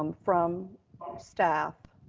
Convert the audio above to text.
um from staff,